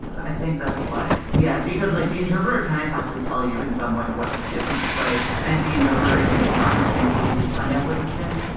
i think that's why. yeah, because like the interpreter kind of has to tell you in some way what it's doing, right? and if the interpreter isn't designed to make it easy to find out what it's doing,